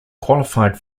qualified